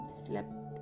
slept